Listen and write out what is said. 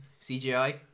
CGI